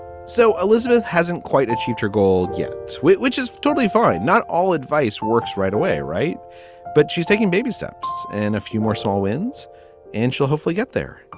so elizabeth hasn't quite achieve your goal yet, which which is totally fine. not all advice works right away. right but she's taking baby steps and a few more small wins and she'll hopefully get there